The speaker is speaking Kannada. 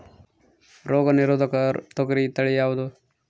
ರೋಗ ನಿರೋಧಕ ತೊಗರಿ ತಳಿ ಯಾವುದು?